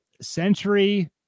century